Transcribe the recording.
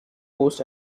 hosts